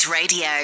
Radio